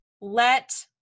let